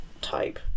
type